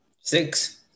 Six